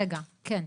כן,